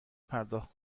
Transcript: پرداخت